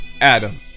Adam